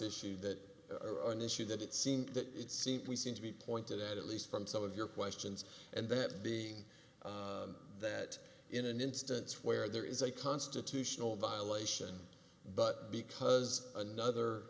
issue that are an issue that it seems that it seems we seem to be pointed at at least from some of your questions and that being that in an instance where there is a constitutional violation but because another